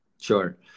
Sure